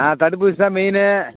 ஆ தடுப்பூசி தான் மெயினு